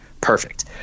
Perfect